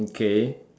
okay